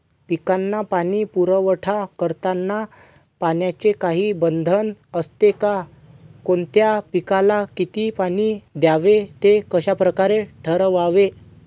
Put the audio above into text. पिकांना पाणी पुरवठा करताना पाण्याचे काही बंधन असते का? कोणत्या पिकाला किती पाणी द्यावे ते कशाप्रकारे ठरवावे?